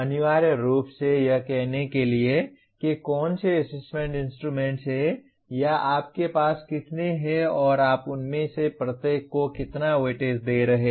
अनिवार्य रूप से यह कहने के लिए कि कौन से असेसमेंट इंस्ट्रूमेंट्स हैं या आपके पास कितने हैं और आप उनमें से प्रत्येक को कितना वेटेज दे रहे हैं